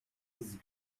was